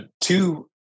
two